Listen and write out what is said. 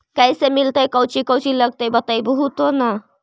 कैसे मिलतय कौची कौची लगतय बतैबहू तो न?